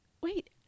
wait